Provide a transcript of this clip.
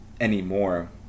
anymore